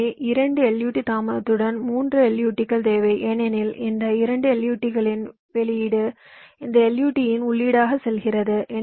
எனவே 2 LUT தாமதத்துடன் 3 LUT கள் தேவை ஏனெனில் இந்த 2 LUT களின் வெளியீடு இந்த LUT இன் உள்ளீடாக செல்கிறது